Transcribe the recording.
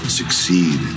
succeed